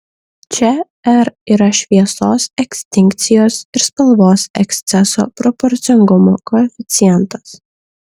čia r yra šviesos ekstinkcijos ir spalvos eksceso proporcingumo koeficientas